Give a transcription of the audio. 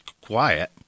quiet